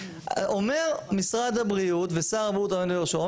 אומר משרד הבריאות, ושר הבריאות בראשו: